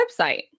website